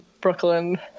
Brooklyn